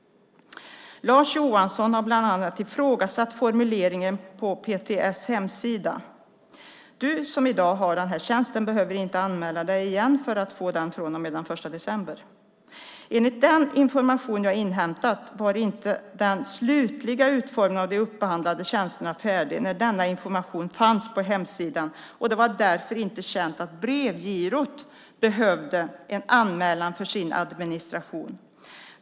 Lars Johansson har bland annat ifrågasatt formuleringen på PTS hemsida: "Du som i dag har den här tjänsten behöver inte anmäla Dig igen för att få den från och med den 1 december." Enligt den information som jag inhämtat var inte den slutliga utformningen av de upphandlade tjänsterna färdig när denna information fanns på hemsidan, och det var därför inte känt att Brevgirot behövde en anmälan för sin administration.